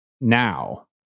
now